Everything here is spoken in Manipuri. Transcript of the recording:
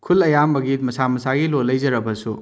ꯈꯨꯜ ꯑꯌꯥꯝꯕꯒꯤ ꯃꯁꯥ ꯃꯁꯥꯒꯤ ꯂꯣꯟ ꯂꯩꯖꯔꯕꯁꯨ